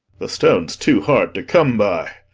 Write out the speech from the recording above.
the stone's too hard to come by.